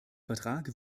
vertrag